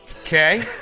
Okay